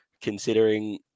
considering